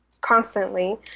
Constantly